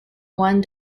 one